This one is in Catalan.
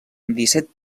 disset